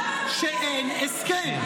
רק שנייה, אדוני השר.